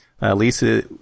Lisa